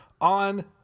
on